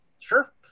sure